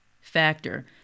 factor